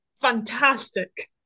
Fantastic